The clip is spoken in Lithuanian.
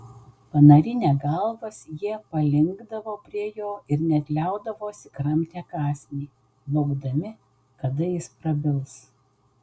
panarinę galvas jie palinkdavo prie jo ir net liaudavosi kramtę kąsnį laukdami kada jis prabils